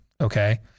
Okay